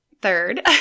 third